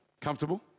Comfortable